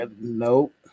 Nope